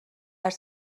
خیلی